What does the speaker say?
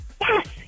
Yes